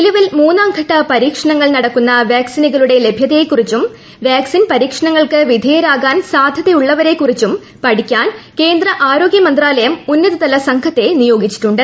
നിലവിൽ മൂന്നാംഘട്ട പരീക്ഷണങ്ങൾ നടക്കുന്ന വാക്സിനുകളുടെ ലഭ്യതയെ കുറിച്ചും വാക്സിൻ പരീക്ഷണങ്ങൾക്ക് വിധേയരാകാൻ സാധ്യതയുള്ളവരെക്കുറിച്ചും പഠിക്കാൻ കേന്ദ്ര മന്ത്രാലയം ഉന്നതതല സംഘത്തെ നിയോഗിച്ചിട്ടുണ്ട്